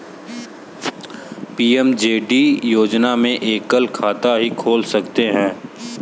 PMJD योजना में एकल खाता ही खोल सकते है